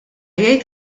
jgħid